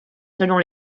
selon